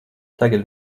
tagad